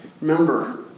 remember